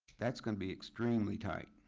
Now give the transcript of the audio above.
that's gonna be extremely tight.